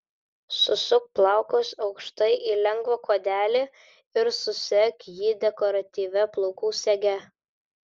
susuk plaukus aukštai į lengvą kuodelį ir susek jį dekoratyvia plaukų sege